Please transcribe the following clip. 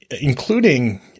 including